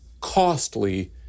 costly